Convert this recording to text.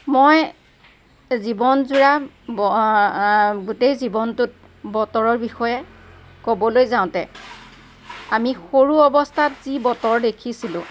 মই জীৱনজোৰা গোটেই জীৱনটোত বতৰৰ বিষয়ে ক'বলৈ যাওঁতে আমি সৰু অৱস্থাত যি বতৰ দেখিছিলোঁ